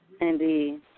Indeed